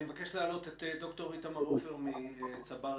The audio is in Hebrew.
אני אבקש להעלות את ד"ר איתמר מ"צבר רפואה".